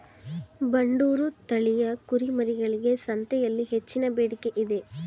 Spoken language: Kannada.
ಬಂಡೂರು ತಳಿಯ ಕುರಿಮರಿಗಳಿಗೆ ಸಂತೆಯಲ್ಲಿ ಹೆಚ್ಚಿನ ಬೇಡಿಕೆ ಇದೆ